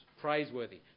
praiseworthy